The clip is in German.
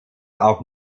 auch